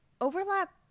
overlap